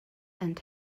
and